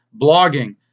blogging